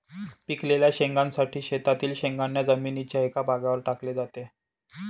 पिकलेल्या शेंगांसाठी शेतातील शेंगांना जमिनीच्या एका भागावर टाकले जाते